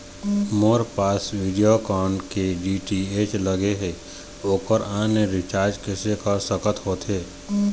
मोर पास वीडियोकॉन के डी.टी.एच लगे हे, ओकर ऑनलाइन रिचार्ज कैसे कर सकत होथे?